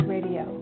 Radio